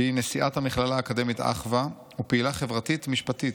שהיא נשיאת המכללה האקדמית אחוה ופעילה חברתית ומשפטית,